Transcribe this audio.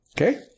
Okay